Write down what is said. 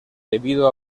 debido